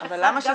כל אחד, גם אם זה